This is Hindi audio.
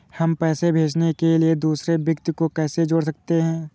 हम पैसे भेजने के लिए दूसरे व्यक्ति को कैसे जोड़ सकते हैं?